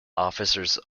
officers